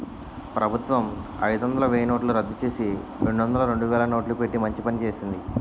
ప్రభుత్వం అయిదొందలు, వెయ్యినోట్లు రద్దుచేసి, రెండొందలు, రెండువేలు నోట్లు పెట్టి మంచి పని చేసింది